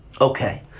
Okay